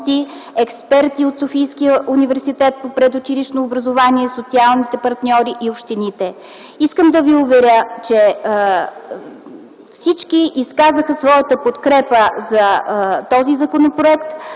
експерти от Софийския университет по „Предучилищно образование”, социалните партньори и общините. Искам да ви уверя, че всички изказаха своята подкрепа за този законопроект.